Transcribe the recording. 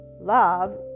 love